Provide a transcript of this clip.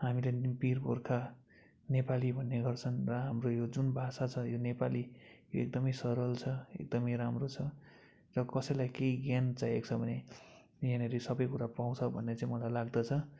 हामीले नि वीर गोर्खा नेपाली भन्ने गर्छन् र हाम्रो यो जुन भाषा छ यो नेपाली यो एकदमै सरल छ एकदमै राम्रो छ र कसैलाई केही ज्ञान चाहिएको छ भने यहाँनिर सबैकुरा पाउँछ भन्ने चाहिँ मलाई लाग्दछ